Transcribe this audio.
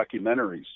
documentaries